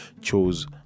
chose